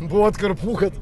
buvo atkarpų kad